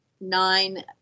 nine